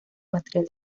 material